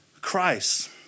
Christ